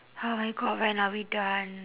oh my god when are we done